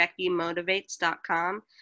BeckyMotivates.com